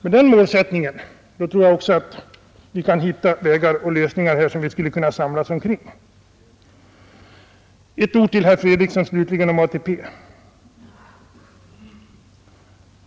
Med den målsättningen tror jag också att vi kan hitta lösningar som vi skulle kunna samlas omkring. Slutligen ett ord till herr Fredriksson om ATP!